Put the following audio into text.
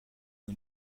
you